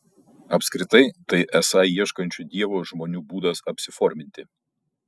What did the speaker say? apskritai tai esą ieškančių dievo žmonių būdas apsiforminti